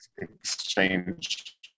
exchange